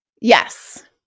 Yes